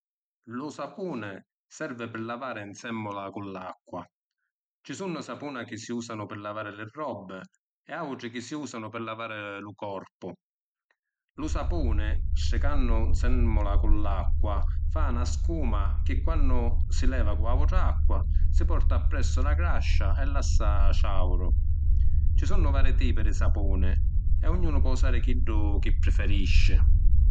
Lu sapuni servi pi lavari ‘nsèmmula cu l’acqua. Ci sunnu sapuna chi si usanu pi lavari li robbi e autri chi si usanu pi lavari lu corpu. Lu sapuni stricannu ‘nsèmmula cu l’acqua, fa na scuma chi quannu si leva cu autra acqua si porta appressu la gràscia e làssa ciauru. Ci sunnu vari tipi di sapuni e ognunu po’ usari chiddu chi prefirisci.